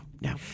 no